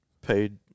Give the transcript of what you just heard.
paid